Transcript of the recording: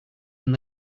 than